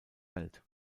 welt